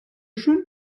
schön